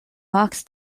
mocks